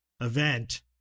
event